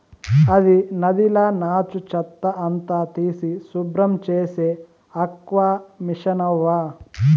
అది నదిల నాచు, చెత్త అంతా తీసి శుభ్రం చేసే ఆక్వామిసనవ్వా